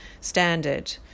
standard